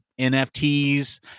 NFTs